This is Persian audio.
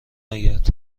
آید